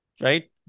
right